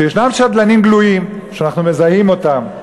שישנם שדלנים גלויים, שאנחנו מזהים אותם,